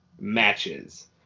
Matches